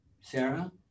Sarah